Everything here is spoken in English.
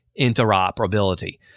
interoperability